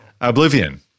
Oblivion